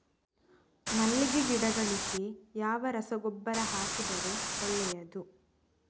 ಮಲ್ಲಿಗೆ ಗಿಡಗಳಿಗೆ ಯಾವ ರಸಗೊಬ್ಬರ ಹಾಕಿದರೆ ಒಳ್ಳೆಯದು?